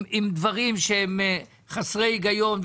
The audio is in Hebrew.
עם דברים חסרי היגיון,